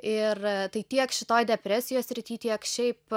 ir tai tiek šitoj depresijos srity tiek šiaip